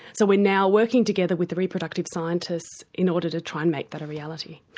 so we're now working together with the reproductive scientists in order to try and make that a reality.